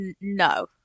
no